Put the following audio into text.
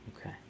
Okay